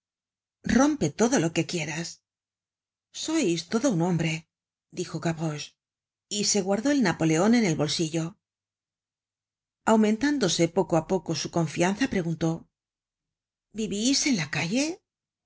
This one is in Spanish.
rompe todo lo que quieras sois todo un hombre dijo gavroche y se guardó el napoleon en el bolsillo aumentándose poco apoco su confianza preguntó vivisen la